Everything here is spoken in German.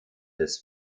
des